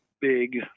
big